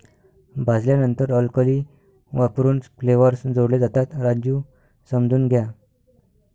भाजल्यानंतर अल्कली वापरून फ्लेवर्स जोडले जातात, राजू समजून घ्या